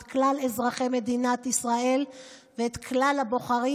את כלל אזרחי מדינת ישראל ואת כלל הבוחרים,